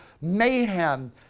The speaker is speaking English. mayhem